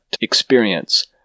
experience